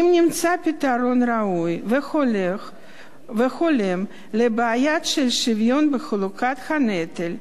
אם נמצא פתרון ראוי והולם לבעיה של שוויון בחלוקת הנטל,